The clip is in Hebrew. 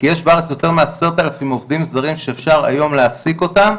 כי יש בארץ יותר מ-10,000 עובדים זרים שאפשר היום להעסיק אותם,